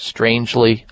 Strangely